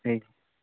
ᱴᱷᱤᱠ